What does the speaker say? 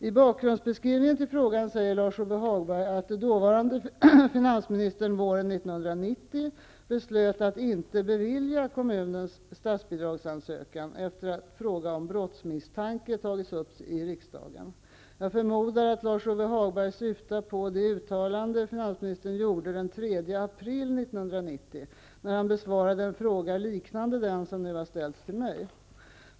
I bakgrundsbeskrivningen till frågan säger Lars 1990 beslöt att inte bevilja kommunens statsbidragsansökan efter att fråga om brottsmisstanke tagits upp i riksdagen. Jag förmodar att Lars-Ove Hagberg syftar på det uttalande finansministern gjorde den 3 april 1990, när han besvarade en fråga liknande den som nu har ställts till mig.